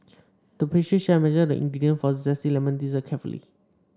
the pastry chef measured the ingredients for a zesty lemon dessert carefully